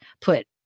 put